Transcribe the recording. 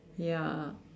ya